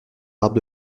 arbres